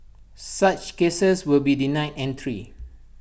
such cases will be denied entry